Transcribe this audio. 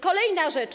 Kolejna rzecz.